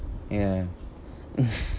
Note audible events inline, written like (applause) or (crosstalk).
ya (laughs)